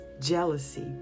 Jealousy